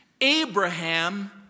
Abraham